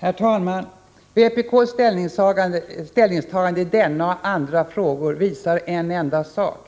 Herr talman! Vpk:s ställningstagande i denna och andra frågor visar en enda sak,